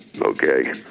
okay